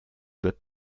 wird